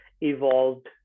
evolved